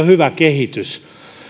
hyvä kehitys